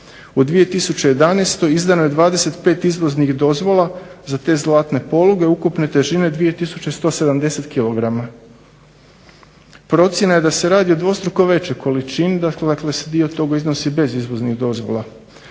U 2011. izdano je 25 izvoznih dozvola za te zlatne poluge ukupne težine 2 170 kg. Procjena je da se radi o dvostruko većoj količini, dakle da se dio toga iznosi bez izvoznih dozvola.